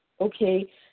okay